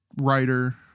writer